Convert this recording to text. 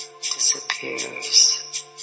disappears